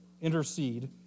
Intercede